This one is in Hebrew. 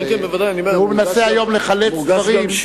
והוא מנסה היום לחלץ דברים.